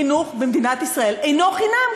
חינוך במדינת ישראל אינו חינם,